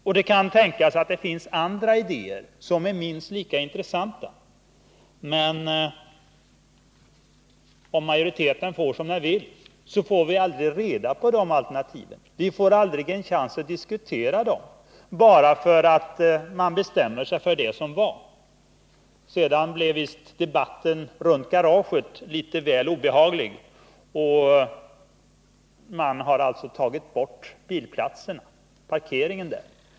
Det kan också tänkas att det finns andra idéer som är minst lika intressanta, men om majoriteten får som den vill får vi aldrig reda på de alternativen. Vi får aldrig en chans att diskutera dem, eftersom man har bestämt sig. Debatten om garaget blev visst litet väl obehaglig, och man har alltså tagit bort parkeringen där.